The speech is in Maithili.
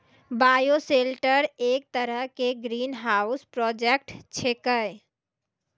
बायोशेल्टर एक तरह के ग्रीनहाउस प्रोजेक्ट छेकै